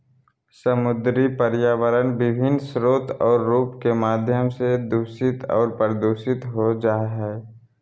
समुद्री पर्यावरण विभिन्न स्रोत और रूप के माध्यम से दूषित और प्रदूषित हो जाय हइ